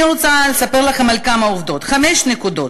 אני רוצה לספר לכם על כמה עובדות, חמש נקודות.